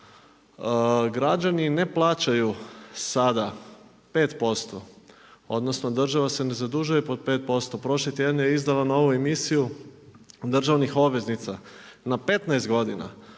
Građani ne plaćaju sada 5% odnosno država se ne zadužuje po 5%, prošli tjedan je izdala novu emisiju državnih obveznica na 15 godina,